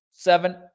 seven